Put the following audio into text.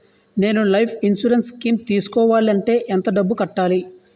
నేను life insurance scheme తీసుకోవాలంటే ఎంత డబ్బు కట్టాలి?